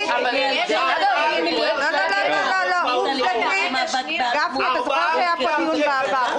גפני, אתה זוכר שהיה פה דיון בעבר.